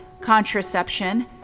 contraception